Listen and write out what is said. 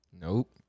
nope